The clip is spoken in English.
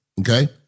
Okay